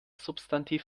substantiv